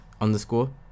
underscore